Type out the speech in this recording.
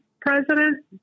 president